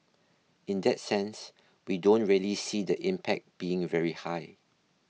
in that sense we don't really see the impact being very high